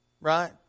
right